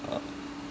uh